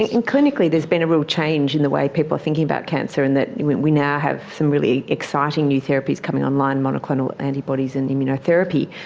ah and clinically there's been a real change in the way people are thinking about cancer in that we now have some really exciting new therapies coming online monoclonal antibodies and immunotherapy.